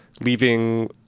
leaving